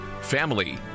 family